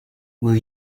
will